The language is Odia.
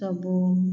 ତବୁ